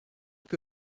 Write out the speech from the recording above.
que